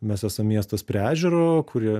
mes esam miestas prie ežero kurie